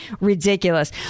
Ridiculous